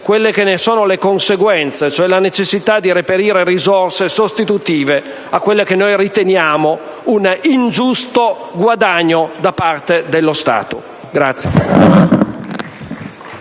quelle che ne sono le conseguenze, cioè la necessità di reperire risorse sostitutive di quello che riteniamo un ingiusto guadagno da parte dello Stato.